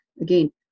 Again